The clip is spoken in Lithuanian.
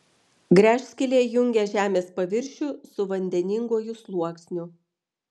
gręžskylė jungia žemės paviršių su vandeninguoju sluoksniu